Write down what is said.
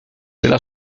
della